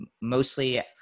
mostly